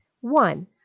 One